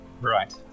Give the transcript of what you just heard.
right